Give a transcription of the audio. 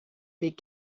weg